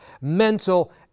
mental